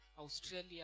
Australia